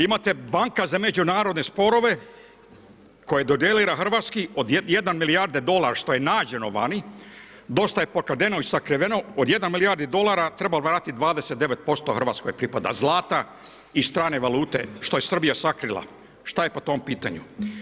Imate banka za međunarodne sporove, koji dodjeljiva hrvatski, od 1 milijarde dolara što je nađeno vani, dosta je pokradeno i sakriveno, od 1 milijarde dolara treba vratiti 29% Hrvatskoj pripada zlata i strane valute što je Srbija sakrila, šta je po tom pitanju.